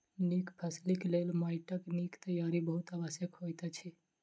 नीक फसिलक लेल माइटक नीक तैयारी बहुत आवश्यक होइत अछि